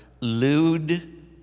lewd